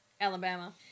Alabama